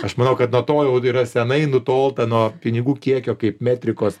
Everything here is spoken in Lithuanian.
aš manau kad nuo to jau yra senai nutolta nuo pinigų kiekio kaip metrikos